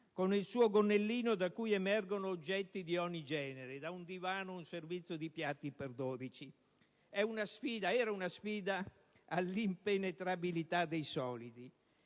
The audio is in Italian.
e il suo gonnellino da cui emergono oggetti di ogni genere, da un divano ad un servizio di piatti per 12 persone: era una sfida all'impenetrabilità dei solidi.